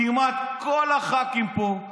כמעט כל הח"כים פה,